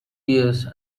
years